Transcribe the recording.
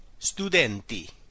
studenti